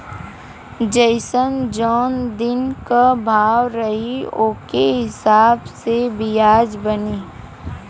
जइसन जौन दिन क भाव रही ओके हिसाब से बियाज बनी